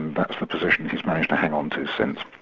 that's the position he's managed to hang on to since.